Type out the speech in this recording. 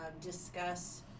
discuss